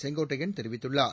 செங்கோட்டையன் தெரிவித்துள்ளார்